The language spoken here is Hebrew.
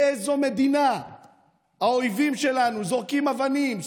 באיזו מדינה האויבים שלנו זורקים אבנים,